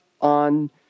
on